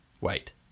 wait